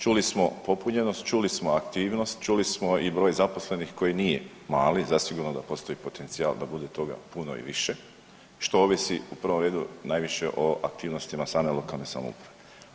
Čuli smo popunjenost, čuli smo aktivnost, čuli smo i broj zaposlenih koji nije mali, zasigurno da postoji potencijal da bude toga puno i više, što ovisi u prvom redu, najviše o aktivnostima same lokalne samouprave.